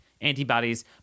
antibodies